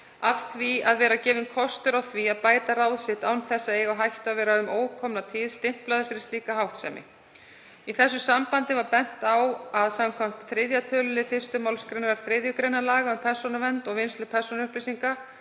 af því að vera gefinn kostur á því að bæta ráð sitt án þess að eiga á hættu að vera um ókomna tíð stimplaður fyrir slíka háttsemi. Í þessu sambandi var bent á að samkvæmt 3. tölulið 1. mgr. 3. gr. laga um persónuvernd og vinnslu persónuupplýsinga,